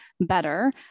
better